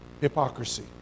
hypocrisy